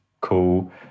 cool